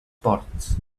ports